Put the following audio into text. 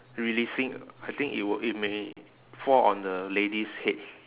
releasing I think it will it may fall on the lady's head